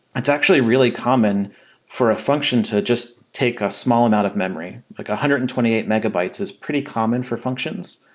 it's actually really common for a function to just take a small amount of memory, like one hundred and twenty eight megabytes is pretty common for functions.